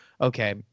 okay